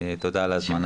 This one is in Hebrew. תודה על ההזמנה.